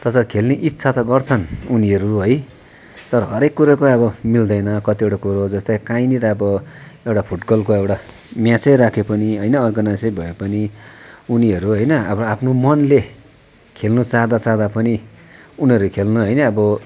तर खेल्ने इच्छा त गर्छन् उनीहरू है तर हरेक कुरोकै अब मिल्दैन कतिवटा कुरो जस्तै काहीँनिर अब एउटा फुटबलको एउटा म्याचै राखे पनि होइन अर्गनाइजै भए पनि उनीहरू होइन अब आफ्नो मनले खेल्नु चाहँदा चाहँदै पनि उनीहरू खेल्ने होइन अब